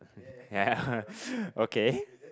ya ya okay